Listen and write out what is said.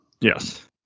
Yes